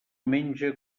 menja